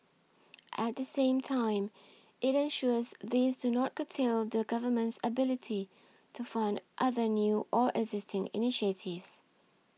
at the same time it ensures these do not curtail the Government's ability to fund other new or existing initiatives